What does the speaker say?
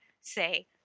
say